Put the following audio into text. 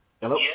Hello